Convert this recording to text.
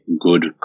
good